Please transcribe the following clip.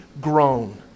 grown